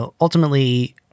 ultimately